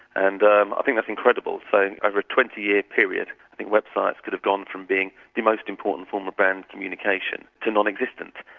and i think that's incredible. so over a twenty year period i think websites could have gone from being the most important form of brand communication to non-existent.